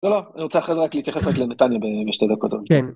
‫לא, אני רוצה אחרי זה רק להתייחס רק לנתניה ‫בשתי דקות עוד. ‫כן.